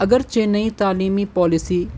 اگرچہ نئی تعلیمی پالیسی